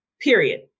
period